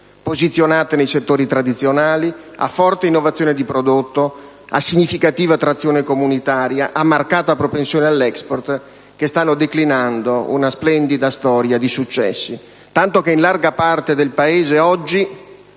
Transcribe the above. posizionate nei settori tradizionali, a forte innovazione di prodotto, a significativa trazione comunitaria, a marcata propensione all'*export*, che stanno declinando una splendida storia di successi, tanto che in larga parte del Paese oggi